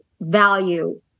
value